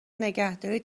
نگهداری